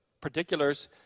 particulars